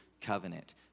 covenant